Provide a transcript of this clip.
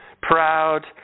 proud